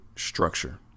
structure